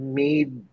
made